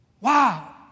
Wow